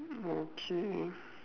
okay